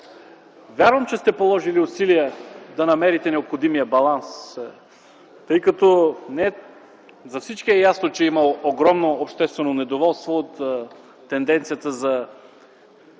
Вярвам, че сте положили усилия да намерите необходимия баланс, тъй като за всички е ясно, че има огромно обществено недоволство от тенденцията,